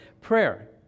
prayer